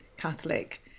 Catholic